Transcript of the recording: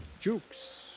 Jukes